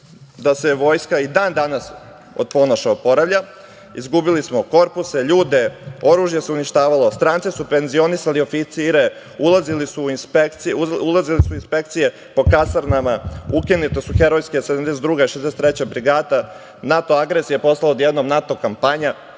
da se Vojska i dan danas od Ponoša oporavlja. Izgubili smo korpuse, ljude, oružje se uništavalo, stranci su penzionisali oficire, ulazile su inspekcije po kasarnama, ukinute su herojske 72. i 63. brigada, NATO agresija je odjednom postala NATO kampanja